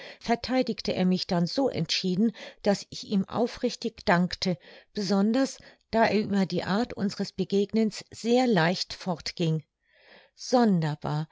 vertheidigte er mich dann so entschieden daß ich ihm aufrichtig dankte besonders da er über die art unseres begegnens sehr leicht fort ging sonderbar